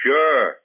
Sure